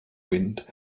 wind